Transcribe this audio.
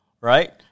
right